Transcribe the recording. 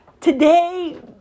today